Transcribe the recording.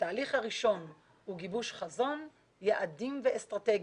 התהליך הראשון הוא גיבוש חזון, יעדים ואסטרטגיה,